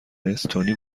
استونی